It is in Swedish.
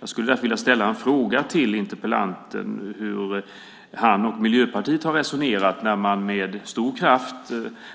Jag skulle därför vilja ställa en fråga till interpellanten, och det är hur han och Miljöpartiet har resonerat när de med stor kraft